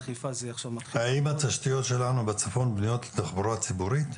האם התשתיות שלנו בצפון בנויות לתחבורה ציבורית?